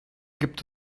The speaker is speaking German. gibt